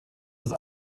with